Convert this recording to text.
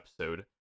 episode